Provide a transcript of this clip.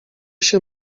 się